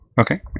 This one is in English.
Okay